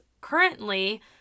currently